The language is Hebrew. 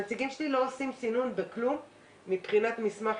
הנציגים שלי לא עושים סינון בכלום מבחינת מסמך,